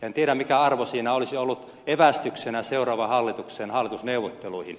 en tiedä mitä arvoa sillä olisi ollut evästyksenä seuraavan hallituksen hallitusneuvotteluihin